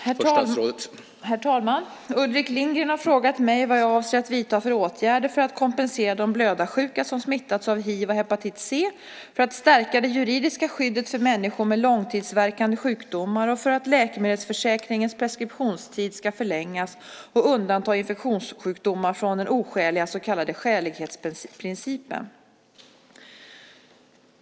Herr talman! Ulrik Lindgren har frågat mig vad jag avser att vidta för åtgärder för att kompensera de blödarsjuka som smittats av hiv och hepatit C, för att stärka det juridiska skyddet för människor med långtidsverkande sjukdomar och för att läkemedelsförsäkringens preskriptionstid ska förlängas och undanta infektionssjukdomar från den oskäliga så kallade skälighetsprincipen.